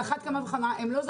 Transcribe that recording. על אחת כמה וכמה, והם לא זכאים.